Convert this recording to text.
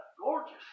gorgeous